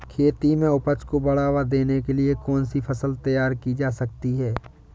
खेती में उपज को बढ़ावा देने के लिए कौन सी फसल तैयार की जा सकती है?